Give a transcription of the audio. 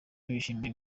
bishimiye